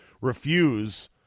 refuse